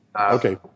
Okay